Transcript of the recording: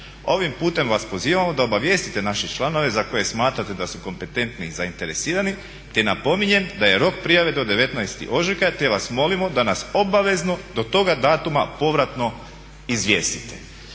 Ovim putem vas pozivamo da obavijestite naše članove za koje smatrate da su kompetentni i zainteresirani te napominjem da je rok prijave do 19. ožujka te vas molimo da nas obavezno do toga datuma povratno izvijestite."